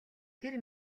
тэр